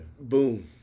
Boom